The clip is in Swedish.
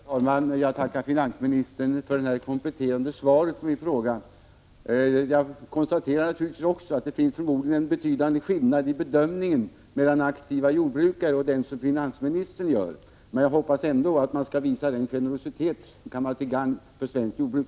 Herr talman! Jag tackar finansministern för det kompletterande svaret på min fråga. Jag konstaterar att det förmodligen finns en betydande skillnad mellan aktiva jordbrukares och finansministerns bedömning, men jag hoppas ändå att regeringen skall visa en sådan generositet att det blir till gagn för svenskt jordbruk.